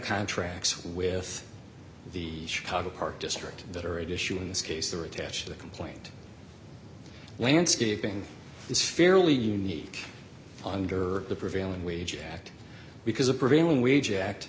contracts with the chicago park district that are at issue in this case they are attached to the complaint landscaping is fairly unique under the prevailing wage act because a prevailing wage act